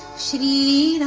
city